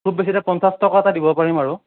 খুব বেছি পঞ্চাছ টকা এটা কম দিব পাৰিম আৰু